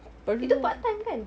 itu part time kan